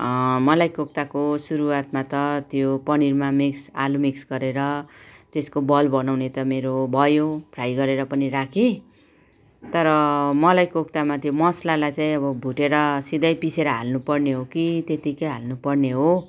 मलाइकोक्ताको सुरुवातमा त त्यो पनिरमा मिक्स आलु मिक्स गरेर त्यसको बल बनाउने त मेरो भयो फ्राई गरेर पनि राखेँ तर मलाइकोक्तामा त्यो मसलालाई चाहिँ अब भुटेर सिधैँ पिसेर हाल्नु पर्ने हो कि त्यत्तिकै हाल्नु पर्ने हो